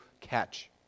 catch